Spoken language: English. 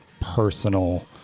personal